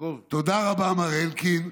תודה רבה, מר אלקין.